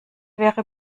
wäre